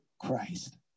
Christ